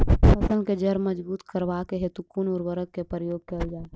फसल केँ जड़ मजबूत करबाक हेतु कुन उर्वरक केँ प्रयोग कैल जाय?